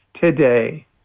today